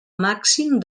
màxim